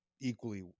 equally